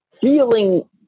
feeling